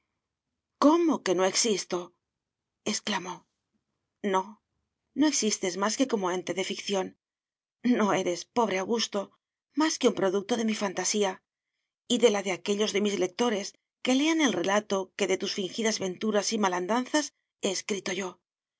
cómo que no existo exclamó no no existes más que como ente de ficción no eres pobre augusto más que un producto de mi fantasía y de las de aquellos de mis lectores que lean el relato que de tus fingidas venturas y malandanzas he escrito yo